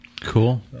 Cool